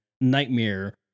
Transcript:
nightmare